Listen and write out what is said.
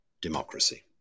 democracy